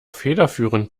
federführend